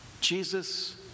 Jesus